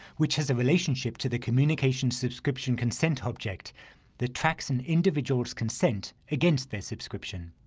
which has a relationship to the communication subscription consent object that tracks an individual's consent against their subscription.